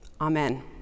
Amen